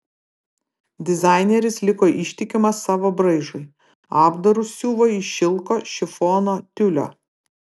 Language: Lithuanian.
dizaineris liko ištikimas savo braižui apdarus siuvo iš šilko šifono tiulio